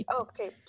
Okay